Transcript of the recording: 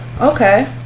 okay